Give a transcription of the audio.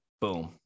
boom